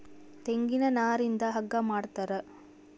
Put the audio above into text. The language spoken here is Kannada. ತೆಂಗಿನ ನಾರಿಂದ ಹಗ್ಗ ಮಾಡ್ತಾರ